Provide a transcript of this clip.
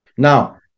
Now